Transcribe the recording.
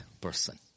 person